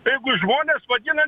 jeigu jis žmones vadina